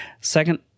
Second